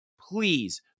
please